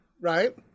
right